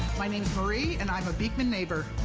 my name is marie, and i'm beakman neighbor.